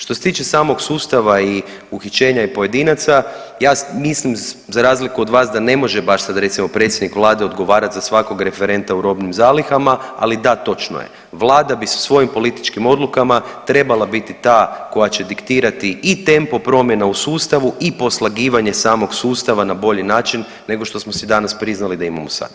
Što se tiče samog sustava i uhićenja i pojedinaca, ja mislim, za razliku od vas da ne može baš sad, recimo, predsjednik Vlade odgovarati za svakog referenta u robnim zalihama, ali da, točno je, Vlada bi sa svojim političkim odlukama trebala biti ta koja će diktirati i tempo promjena u sustavu i poslagivanje samog sustava na bolji način nego što smo si danas priznali da imamo sada.